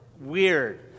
weird